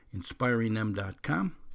inspiringthem.com